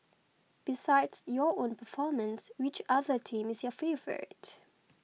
besides your own performance which other team is your favourite